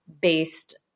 based